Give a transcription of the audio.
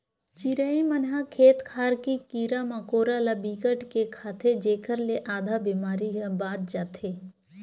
चिरई मन ह खेत खार के कीरा मकोरा ल बिकट के खाथे जेखर ले आधा बेमारी ह बाच जाथे